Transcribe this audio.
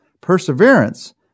Perseverance